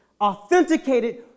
authenticated